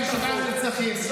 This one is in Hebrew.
247 נרצחים.